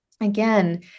again